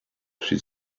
she